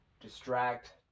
distract